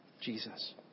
Jesus